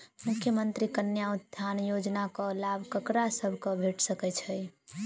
मुख्यमंत्री कन्या उत्थान योजना कऽ लाभ ककरा सभक भेट सकय छई?